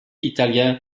italien